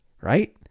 right